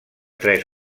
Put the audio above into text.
tres